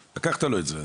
לקחת לו את זה,